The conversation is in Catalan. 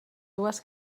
dues